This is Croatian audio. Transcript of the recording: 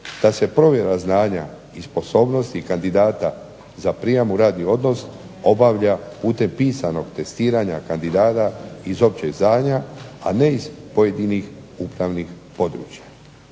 da se provjera znanja i sposobnosti kandidata za prijam u radni odnos obavlja putem pisanog testiranja kandidata iz općeg znanja, a ne iz pojedinih upravnih područja.